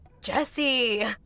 Jesse